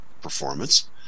performance